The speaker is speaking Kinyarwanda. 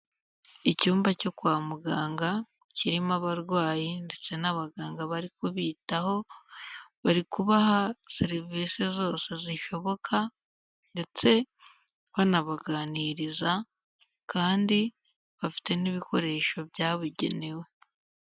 Icyumba cyo kwa muganga kirimo abarwayi ndetse n'abaganga bari kubitaho, bari kubaha serivisi zose zishoboka, ndetse banabaganiriza kandi bafite n'ibikoresho byabugenewe.